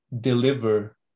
deliver